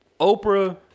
Oprah